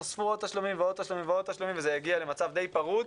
נוספו עוד תשלומים ועוד תשלומים וזה הגיע למצב די פרוץ.